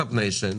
סטרטאפ ניישן,